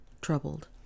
troubled